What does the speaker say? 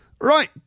Right